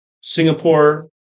Singapore